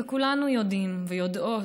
וכולנו יודעים ויודעות,